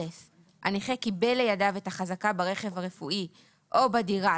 הנכה קיבל לידיו את החזקה ברכב הרפואי או בדירה,